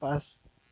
পাঁচ